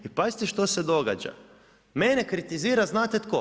I pazite što se događa, mene kritizira znate tko?